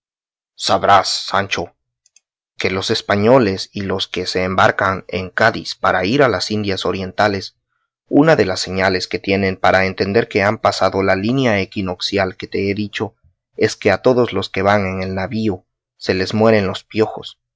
sabrás sancho que los españoles y los que se embarcan en cádiz para ir a las indias orientales una de las señales que tienen para entender que han pasado la línea equinocial que te he dicho es que a todos los que van en el navío se les mueren los piojos